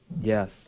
Yes